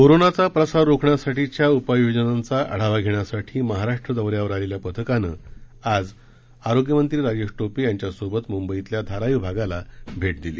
कोरोनाचा प्रसार रोखण्यासाठीच्या उपाययोजनांचा आढावा घेण्यासाठी महाराष्ट्र दौऱ्यावर आलेल्या पथकानं आज राज्याचे आरोग्यमंत्री राजेश टोपे यांच्या सोबत मुंबईतल्या धारावी भागाला भेट दिली